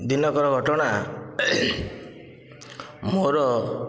ଦିନକର ଘଟଣା ମୋର